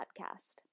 Podcast